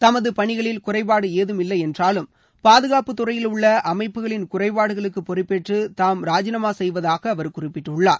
தமது பணிகளில் குறைபாடு ஏதும் இல்லை என்றாலும் பாதுகாப்பு துறையில் உள்ள அமைப்புகளின் குறைபாடுகளுக்கு பொறுப்பேற்று தாம் ராஜினாமா செய்வதாக அவர் குறிப்பிட்டுள்ளார்